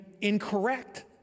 incorrect